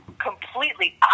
completely